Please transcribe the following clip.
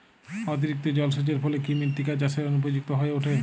অতিরিক্ত জলসেচের ফলে কি মৃত্তিকা চাষের অনুপযুক্ত হয়ে ওঠে?